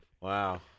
Wow